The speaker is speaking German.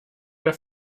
der